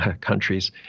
countries